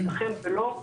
לא,